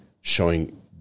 showing